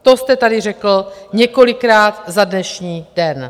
To jste tady řekl několikrát za dnešní den.